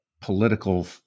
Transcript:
political